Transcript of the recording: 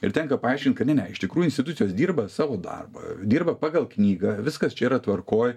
ir tenka paaiškint kad ne ne iš tikrųjų institucijos dirba savo darbą dirba pagal knygą viskas čia yra tvarkoj